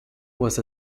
was